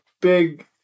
big